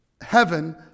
heaven